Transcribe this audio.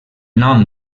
nom